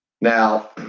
Now